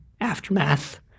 Aftermath